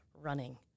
running